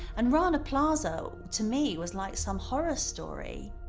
and rana plaza, to me, was like some horror story.